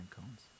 cones